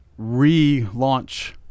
relaunch